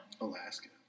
Alaska